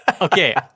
Okay